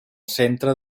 centre